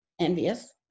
envious